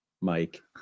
mike